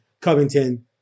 Covington